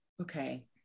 Okay